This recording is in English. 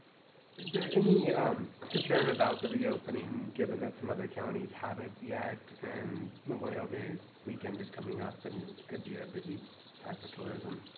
is there any concern about the reopening given that some other counties haven't yet and memorial day weekend is coming up and could be a busy time for tourism?